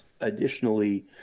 additionally